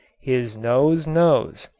his nose knows.